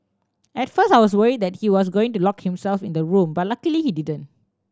at first I was worry that he was going to lock himself in the room but luckily he didn't